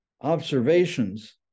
observations